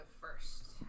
first